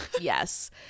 Yes